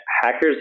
hackers